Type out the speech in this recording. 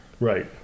right